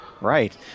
right